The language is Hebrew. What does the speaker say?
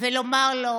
ולומר לו: